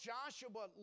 Joshua